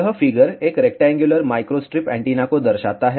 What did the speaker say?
यह फिगर एक rectangular microstrip antenna को दर्शाता है